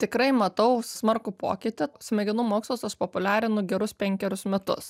tikrai matau smarkų pokytį smegenų mokslus aš populiarinu gerus penkerius metus